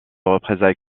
représailles